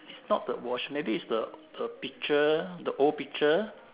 not the wash maybe is the the picture the old picture